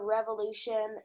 Revolution